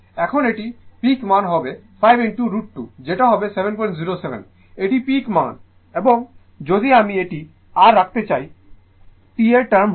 এখন এটি পিক মান হবে 5 √ 2 যেটা হবে 707 এটি পিক মান এবং যদি আমি এটি r রাখতে চাই t এর টার্মে হবে